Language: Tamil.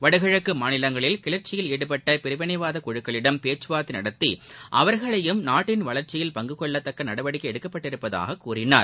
வடகிழக்கு மாநிலங்களில் கிளர்ச்சியில் ஈடுபட்ட பிரிவினைவாதக் குழுக்களிடம் பேச்சுவார்த்தை நடத்தி அவர்களையும் நாட்டின் வளர்ச்சியில் பங்கு கொள்ள நடவடிக்கை எடுக்கப்பட்டுள்ளதாகக் கூறினார்